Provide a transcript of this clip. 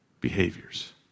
behaviors